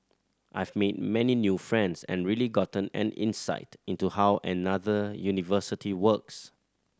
I've made many new friends and really gotten an insight into how another university works